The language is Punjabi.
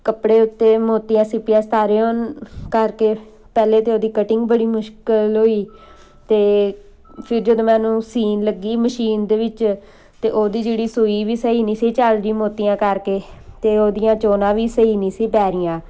ਕੱਪੜੇ ਉੱਤੇ ਮੋਤੀਆਂ ਸਿੱਪੀਆ ਸਿਤਾਰੇ ਹੋਣ ਕਰਕੇ ਪਹਿਲਾਂ ਤਾਂ ਉਹਦੀ ਕਟਿੰਗ ਬੜੀ ਮੁਸ਼ਕਿਲ ਹੋਈ ਅਤੇ ਫਿਰ ਜਦੋਂ ਮੈਂ ਉਹਨੂੰ ਸੀਣ ਲੱਗੀ ਮਸ਼ੀਨ ਦੇ ਵਿੱਚ ਤਾਂ ਉਹਦੀ ਜਿਹੜੀ ਸੂਈ ਵੀ ਸਹੀ ਨਹੀਂ ਸੀ ਚੱਲਦੀ ਮੋਤੀਆਂ ਕਰਕੇ ਅਤੇ ਉਹਦੀਆਂ ਚੋਣਾਂ ਵੀ ਸਹੀ ਨਹੀਂ ਸੀ ਪੈ ਰਹੀਆਂ